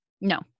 No